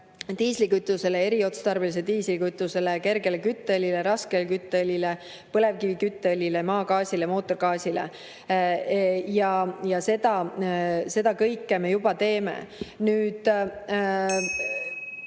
vedelgaasile, eriotstarbelisele diislikütusele, kergele kütteõlile, raskele kütteõlile, põlevkivikütteõlile, maagaasile, mootorigaasile. Seda kõike me juba teeme. Nüüd ...